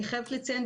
אני חייבת לציין,